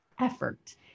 effort